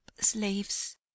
slaves